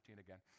again